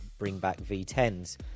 BringBackV10s